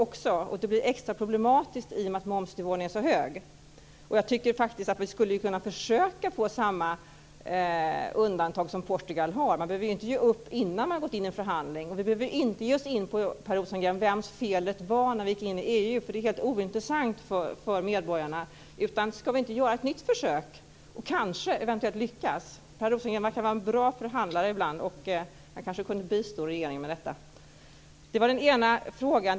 Det blir extra problematiskt i och med att momsnivån är så hög. Jag tycker faktiskt att vi skulle kunna försöka få samma undantag som Portugal har. Man behöver inte ge upp innan man har gått in i en förhandling. Vi behöver inte ge oss in på vems fel det var att det blev så när vi gick in i EU, Per Rosengren. Det är helt ointressant för medborgarna. Ska vi inte göra ett nytt försök och kanske eventuellt lyckas? Per Rosengren verkar vara en bra förhandlare ibland. Han kanske kunde bistå regeringen med detta. Det var den ena frågan.